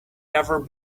never